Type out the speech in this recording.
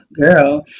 girl